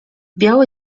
biały